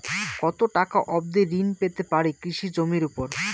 কত টাকা অবধি ঋণ পেতে পারি কৃষি জমির উপর?